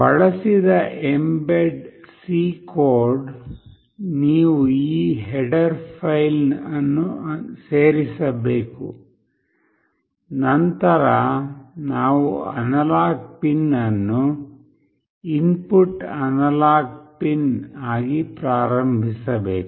ಬಳಸಿದ mbed C code ನೀವು ಈ ಹೆಡರ್ ಫೈಲ್ ಅನ್ನು ಸೇರಿಸಬೇಕು ನಂತರ ನಾವು ಅನಲಾಗ್ ಪಿನ್ ಅನ್ನು ಇನ್ಪುಟ್ ಅನಲಾಗ್ ಪಿನ್ ಆಗಿ ಪ್ರಾರಂಭಿಸಬೇಕು